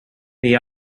they